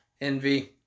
envy